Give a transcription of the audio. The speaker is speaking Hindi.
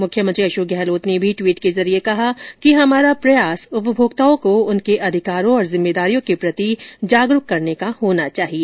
मुख्यमंत्री अशोक गहलोत ने भी टवीट के जरिये कहा कि हमारा प्रयास उपभोक्ताओं को उनके अधिकारों और जिम्मेदारियों के प्रति जागरूक करने का होना चाहिए